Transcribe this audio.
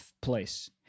place